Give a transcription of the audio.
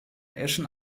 eschen